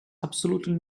absolutely